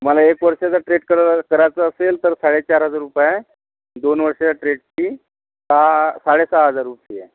तुम्हाला एक वर्षाचा ट्रेट कराय करायचा असेल तर साडेचार हजार रूपये आहे दोन वर्षाच्या ट्रेटची सहा साडे सहा हजार रूपये फी आहे